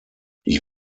ich